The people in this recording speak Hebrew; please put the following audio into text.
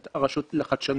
זאת אומרת, הרשות לחדשנות